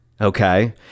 okay